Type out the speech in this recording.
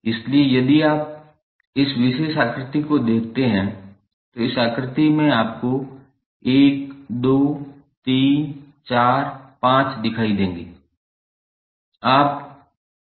इसलिए यदि आप इस विशेष आकृति को देखते हैं तो इस आकृति में आपको 1 2 3 4 5 दिखाई देंगे